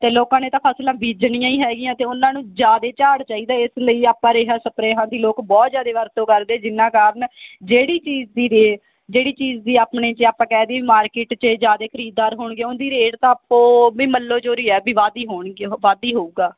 ਅਤੇ ਲੋਕਾਂ ਨੇ ਤਾਂ ਫਸਲਾਂ ਬੀਜਣੀਆਂ ਹੀ ਹੈਗੀਆਂ ਅਤੇ ਉਹਨਾਂ ਨੂੰ ਜ਼ਿਆਦਾ ਝਾੜ ਚਾਹੀਦਾ ਇਸ ਲਈ ਆਪਾਂ ਰੇਹਾਂ ਸਪ੍ਰੇਹਾਂ ਦੀ ਲੋਕ ਬਹੁਤ ਜ਼ਿਆਦਾ ਵਰਤੋਂ ਕਰਦੇ ਜਿਨ੍ਹਾਂ ਕਾਰਨ ਜਿਹੜੀ ਚੀਜ਼ ਦੀ ਰੇਹ ਜਿਹੜੀ ਚੀਜ਼ ਦੀ ਆਪਣੇ ਜੇ ਆਪਾਂ ਕਹਿ ਦਈਏ ਵੀ ਮਾਰਕੀਟ 'ਚ ਜ਼ਿਆਦਾ ਖਰੀਦਦਾਰ ਹੋਣਗੇ ਉਹਦੀ ਰੇਟ ਤਾਂ ਆਪੋ ਵੀ ਮੱਲੋ ਜ਼ੋਰੀ ਹੈ ਵੀ ਵੱਧ ਹੀ ਹੋਣਗੇ ਉਹ ਵੱਧ ਹੀ ਹੋਊਗਾ